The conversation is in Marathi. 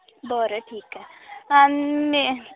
बरं ठीक आहे आणि में